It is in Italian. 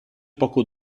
poco